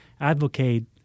advocate